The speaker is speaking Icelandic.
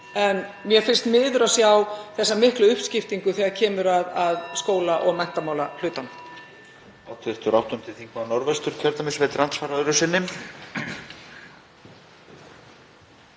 en mér finnst miður að sjá þessa miklu uppskiptingu þegar kemur að skóla- og menntamálahlutanum.